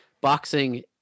boxing